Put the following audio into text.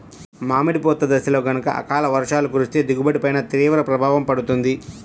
మామిడి పూత దశలో గనక అకాల వర్షాలు కురిస్తే దిగుబడి పైన తీవ్ర ప్రభావం పడుతుంది